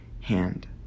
hand